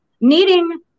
needing